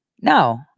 No